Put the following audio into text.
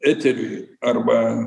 eteriui arba